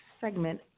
segment